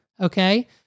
Okay